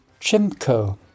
Chimko